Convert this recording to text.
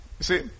See